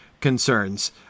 concerns